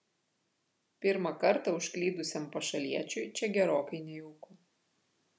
pirmą kartą užklydusiam pašaliečiui čia gerokai nejauku